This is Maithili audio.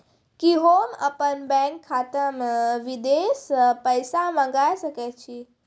कि होम अपन बैंक खाता मे विदेश से पैसा मंगाय सकै छी?